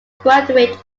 graduate